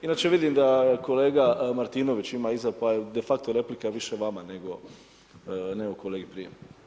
Inače vidim da kolega Martinović ima iza, pa de facto replika više vama nego kolegi prije.